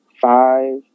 five